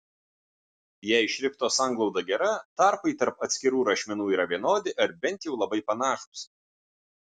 jei šrifto sanglauda gera tarpai tarp atskirų rašmenų yra vienodi ar bent jau labai panašūs